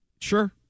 Sure